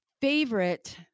favorite